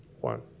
One